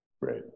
right